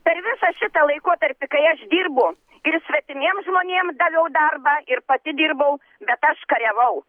per visą šitą laikotarpį kai aš dirbu ir svetimiems žmonėms daviau darbą ir pati dirbau bet aš kariavau